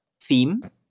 theme